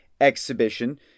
exhibition